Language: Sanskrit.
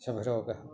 शफरोगः